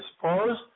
suppose